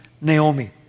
Naomi